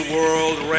World